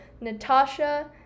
Natasha